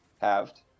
halved